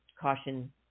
caution